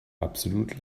absolut